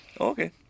Okay